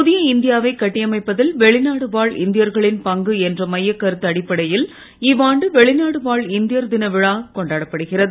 புதிய இந்தியா வைக் கட்டியமைப்பதில் வெளிநாடு வாழ் இந்தியர்களின் பங்கு என்ற மையக் கருத்து அடிப்படையில் இவ்வாண்டு வெளிநாடு வாழ் இந்தியர் தின விழா கொண்டாடப்படுகிறது